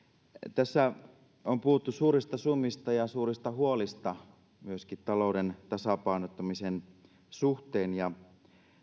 tässä on puhuttu suurista summista ja suurista huolista myöskin talouden tasapainottamisen suhteen ja